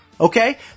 Okay